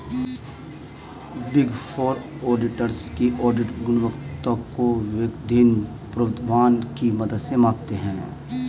big four auditors की audit गुणवत्ता को विवेकाधीन प्रोद्भवन की मदद से मापते हैं